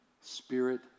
Spirit